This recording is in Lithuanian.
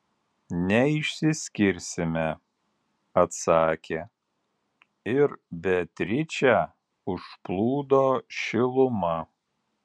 neišsiskirsime atsakė ir beatričę užplūdo šiluma